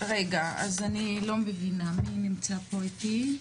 רגע אז אני לא מבינה מי נמצא פה איתי.